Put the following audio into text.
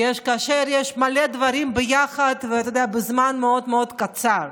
כאשר יש מלא דברים ביחד בזמן מאוד מאוד קצר.